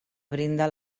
brinda